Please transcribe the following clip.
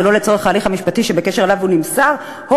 שלא לצורך ההליך המשפטי שבקשר אליו הוא נמסר או